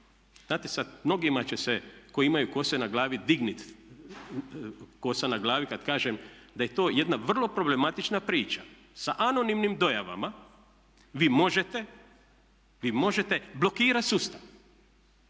Znate sada, mnogima će se koji imaju kose na glavi dignuti kosa na glavi kada kažem da je to jedna vrlo problematična priča. Sa anonimnim dojavama vi možete, vi možete blokirati sustav.